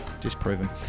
disproven